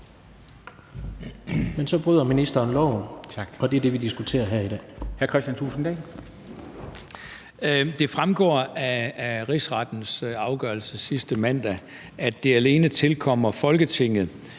Det fremgår af Rigsrettens afgørelse sidste mandag, at det alene tilkommer Folketinget